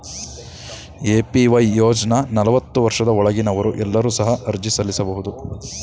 APY ಯೋಜ್ನ ನಲವತ್ತು ವರ್ಷದ ಒಳಗಿನವರು ಎಲ್ಲರೂ ಸಹ ಅರ್ಜಿ ಸಲ್ಲಿಸಬಹುದು